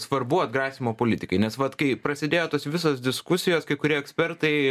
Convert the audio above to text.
svarbu atgrasymo politikai nes vat kai prasidėjo tos visos diskusijos kai kurie ekspertai